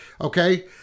okay